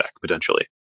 potentially